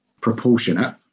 proportionate